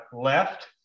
left